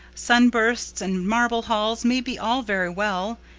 sunbursts and marble halls may be all very well,